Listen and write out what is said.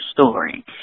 story